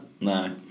No